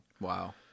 wow